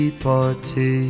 party